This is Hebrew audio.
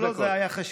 לא, לא, זה היה חשוב.